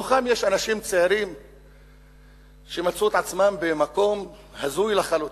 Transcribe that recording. בתוכם יש אנשים צעירים שמצאו את עצמם במקום הזוי לחלוטין.